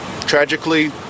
Tragically